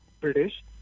British